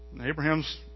Abraham's